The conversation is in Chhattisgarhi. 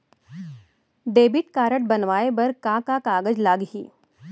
डेबिट कारड बनवाये बर का का कागज लागही?